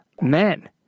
men